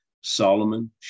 Solomon